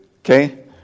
okay